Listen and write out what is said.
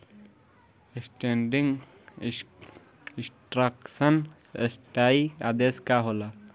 Standing instruction स्थाई आदेश का होला?